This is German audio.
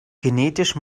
genetisch